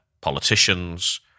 politicians